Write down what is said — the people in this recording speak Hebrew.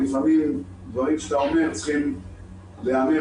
לפעמים דברים שאתה אומר צריכים להיאמר